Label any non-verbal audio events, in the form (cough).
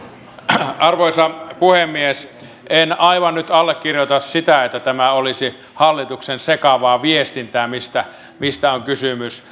arvoisa puhemies en aivan nyt allekirjoita sitä että tämä olisi hallituksen sekavaa viestintää mistä mistä on kysymys (unintelligible)